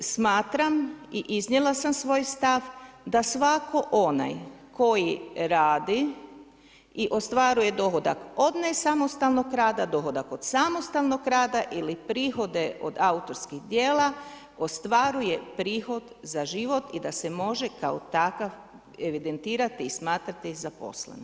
I smatram, i iznijela sam svoj stav da svatko onaj koji radi i ostvaruje dohodak od nesamostalnog rada, dohodak od samostalnog rada ili prihode od autorskih djela ostvaruje prihod za život i da se može kao takav evidentirati i smatrati zaposlenim.